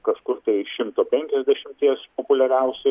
kažkur tai šimto penkiasdešimties populiariausių